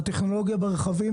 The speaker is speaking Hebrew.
הטכנולוגיה ברכבים